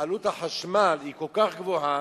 שעלות החשמל היא כל כך גבוהה,